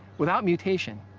without mutation,